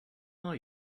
are